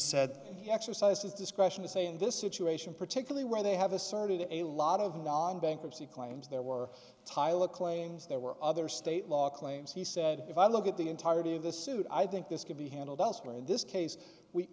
he exercised his discretion to say in this situation particularly where they have asserted a lot of non bankruptcy claims there were tyler claims there were other state law claims he said if i look at the entirety of the suit i think this could be handled elsewhere in this case we